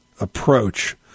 approach